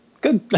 Good